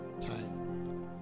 time